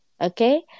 okay